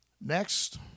Next